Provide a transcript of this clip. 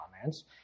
comments